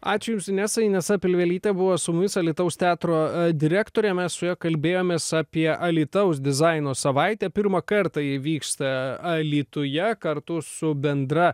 ačiū jums inesa inesa pilvelytė buvo su mumis alytaus teatro direktorė mes su ja kalbėjomės apie alytaus dizaino savaitę pirmą kartą ji vyksta alytuje kartu su bendra